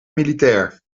militair